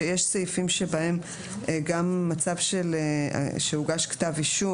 שיש סעיפים שבהם גם מצב שהוגש כתב אישום